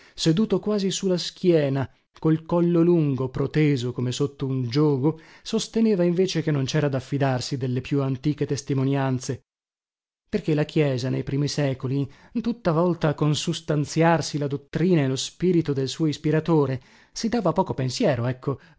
seduto quasi su la schiena col collo lungo proteso come sotto un giogo sosteneva invece che non cera da fidarsi delle più antiche testimonianze perché la chiesa nei primi secoli tutta volta a consustanziarsi la dottrina e lo spirito del suo ispiratore si dava poco pensiero ecco